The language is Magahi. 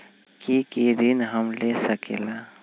की की ऋण हम ले सकेला?